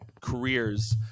careers